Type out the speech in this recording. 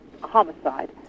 homicide